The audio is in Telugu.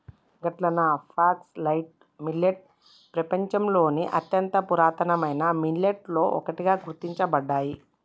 గట్లన ఫాక్సటైల్ మిల్లేట్ పెపంచంలోని అత్యంత పురాతనమైన మిల్లెట్లలో ఒకటిగా గుర్తించబడ్డాయి